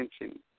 attention